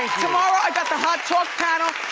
tomorrow i got the hot talk panel,